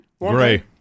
Gray